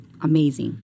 amazing